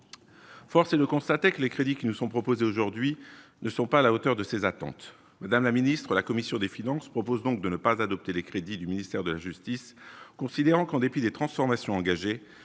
force est de constater que les crédits qui nous sont proposées aujourd'hui ne sont pas à la hauteur de ces attentes madame la Ministre, la commission des finances propose donc de ne pas adopter les crédits du ministère de la justice considérant qu'en dépit des transformations engagées,